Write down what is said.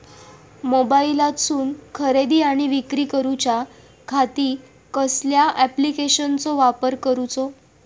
मोबाईलातसून खरेदी आणि विक्री करूच्या खाती कसल्या ॲप्लिकेशनाचो वापर करूचो?